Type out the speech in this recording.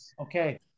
Okay